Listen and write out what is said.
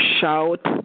shout